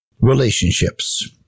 Relationships